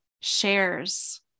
shares